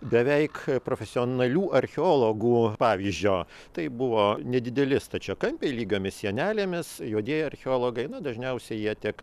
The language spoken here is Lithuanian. beveik profesionalių archeologų pavyzdžio tai buvo nedideli stačiakampiai lygiomis sienelėmis juodieji archeologai dažniausiai jie tik